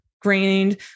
grained